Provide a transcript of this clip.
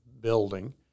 building